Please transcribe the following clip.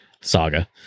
saga